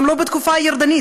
גם לא בתקופה הירדנית,